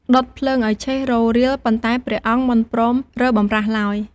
ដុតភ្លើងឲ្យឆេះរោលរាល ប៉ុន្តែព្រះអង្គមិនព្រមរើបម្រាស់ឡើយ។